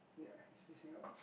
ya he's facing out